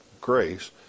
grace